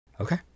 Okay